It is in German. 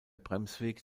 bremsweg